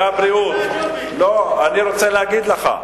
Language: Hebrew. והבריאות, לא, אני רוצה להגיד לך,